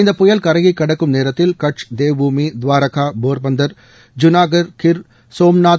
இந்த புயல் கரையை கடக்கும் நேரத்தில் கட்ச் தேவ்பூமி துவாரகா போர்பந்தர் ஜனாகர் டையூ கிர் சோம்நாத்